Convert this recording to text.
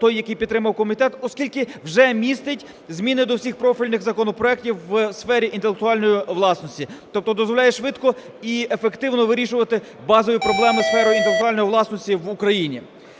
той, який підтримав комітет, оскільки вже містить зміни до всіх профільних законопроектів у сфері інтелектуальної власності, тобто дозволяє швидко і ефективно вирішувати базові проблеми у сфері інтелектуальної власності в Україні.